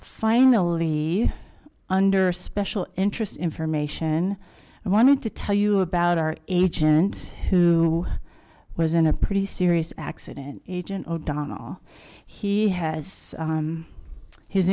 final be under a special interest information i wanted to tell you about our agent who was in a pretty serious accident agent o'donnell he has